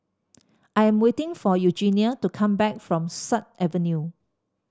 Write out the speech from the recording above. I am waiting for Eugenia to come back from Sut Avenue